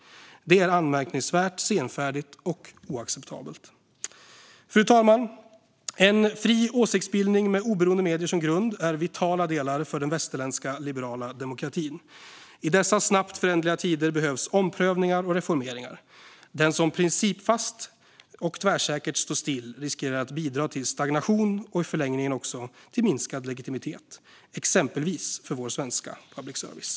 Det är anmärkningsvärt senfärdigt och oacceptabelt. Fru talman! En fri åsiktsbildning med oberoende medier som grund är vitala delar för den västerländska liberala demokratin. I dessa snabbt föränderliga tider behövs omprövningar och reformeringar. Den som principfast och tvärsäkert står still riskerar att bidra till stagnation och i förlängningen också till minskad legitimitet, exempelvis för vår svenska public service.